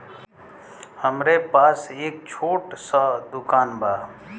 हमरे पास एक छोट स दुकान बा